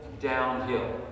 downhill